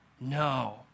No